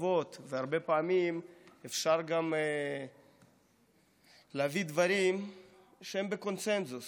והרבה פעמים אפשר גם להביא דברים שהם בקונסנזוס בשביל